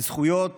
זכויות